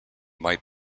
might